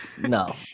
no